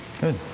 Good